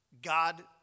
God